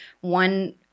one